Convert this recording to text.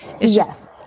Yes